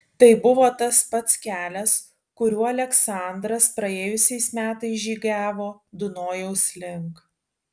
tai buvo tas pats kelias kuriuo aleksandras praėjusiais metais žygiavo dunojaus link